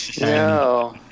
No